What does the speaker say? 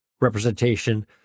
representation